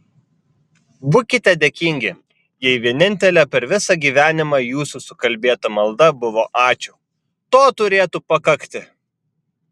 būkite dėkingi jei vienintelė per visą gyvenimą jūsų sukalbėta malda buvo ačiū to turėtų pakakti